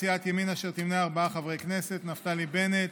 סיעת ימינה, אשר תמנה ארבעה חברי כנסת: נפתלי בנט,